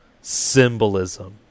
Symbolism